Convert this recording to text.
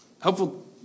helpful